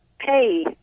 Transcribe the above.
Hey